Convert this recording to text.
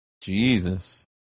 jesus